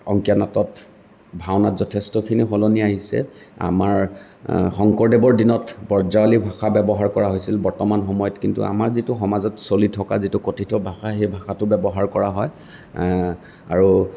অংকীয়া নাটত ভাওনাত যথেষ্টখিনি সলনি আহিছে আমাৰ শংকৰদেৱৰ দিনত ব্ৰজাৱলী ভাষা ব্যৱহাৰ কৰা হৈছিল বৰ্তমান সময়ত কিন্তু আমাৰ যিটো সমাজত চলি থকা যিটো কথিত ভাষা সেই ভাষাটো ব্যৱহাৰ কৰা হয় আৰু